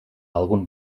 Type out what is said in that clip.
algun